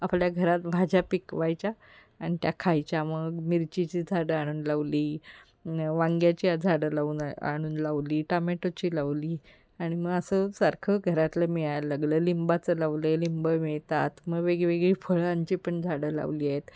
आपल्या घरात भाज्या पिकवायच्या आणि त्या खायच्या मग मिरचीची झाडं आणून लावली वांग्याची झाडं लावून आणून लावली टामॅटोची लावली आणि मग असं सारखं घरातलं मिळायला लागलं लिंबाचं लावलं लिंबं मिळतात मग वेगळीवेगळी फळांची पण झाडं लावली आहेत